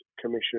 Commission